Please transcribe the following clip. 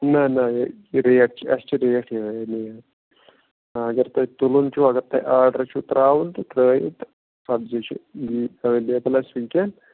نہ نہ یہِ یہِ ریٹ چھِ اَسہِ چھِ ریٹ یِہوٚے اَمی آے وۄنۍ اگر تۄہہِ تُلُن چھُو اگر تۄہہِ آرڈَر چھُو ترٛاوُن تہٕ ترٛٲیِو تہٕ سبزی چھِ یی اٮ۪وٮ۪لیبٕل اَسہِ وٕنۍکٮ۪ن